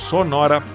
Sonora